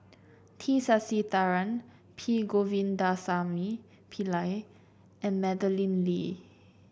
T Sasitharan P Govindasamy Pillai and Madeleine Lee